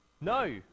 No